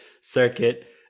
circuit